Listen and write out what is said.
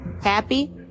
Happy